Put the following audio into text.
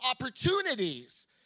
opportunities